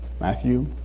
Matthew